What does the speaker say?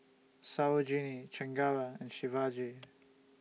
Sarojini Chengara and Shivaji